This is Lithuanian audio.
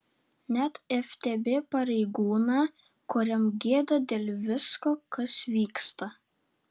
net ftb pareigūną kuriam gėda dėl visko kas vyksta